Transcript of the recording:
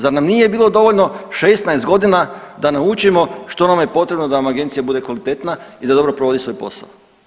Zar nam nije bilo dovoljno 16 godina da naučimo što nam je potrebno da nam agencija bude kvalitetna i da dobro provodi svoj posao?